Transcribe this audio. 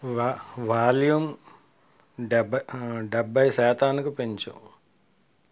volume డెబ్బై శాతానికి పెంచు